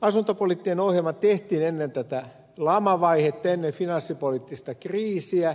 asuntopoliittinen ohjelma tehtiin ennen tätä lamavaihetta ennen finanssipoliittista kriisiä